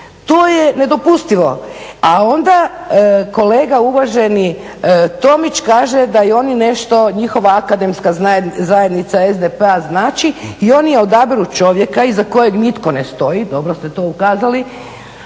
To je nedopustivo. A onda kolega uvaženi Tomić kaže da i oni nešto, njihova akademska zajednica SDP-a znači i oni odabiru čovjeka iza kojeg nitko ne stoji, dobro ste to ukazali.